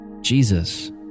Jesus